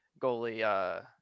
goalie